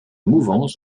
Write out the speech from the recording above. mouvance